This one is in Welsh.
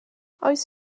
oes